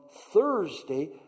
Thursday